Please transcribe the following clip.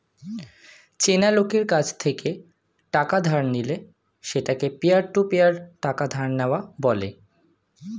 চেনা লোকের কাছ থেকে টাকা ধার নিলে সেটাকে পিয়ার টু পিয়ার টাকা ধার নেওয়া বলে